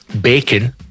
Bacon